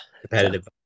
competitive